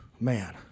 Man